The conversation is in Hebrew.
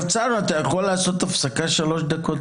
הרצנו, אתה יכול לעשות הפסקה שלוש דקות?